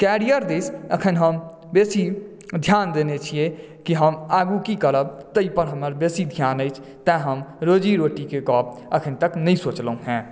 career दिश अखन हम बेसी ध्यान देने छियै कि हम आगू की करब ताहि पर हमर बेसी ध्यान अछि तैॅं हम रोजी रोटीकेँ गप अखन तक नहि सोचलहुँ हँ